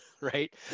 right